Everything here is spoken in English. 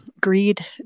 greed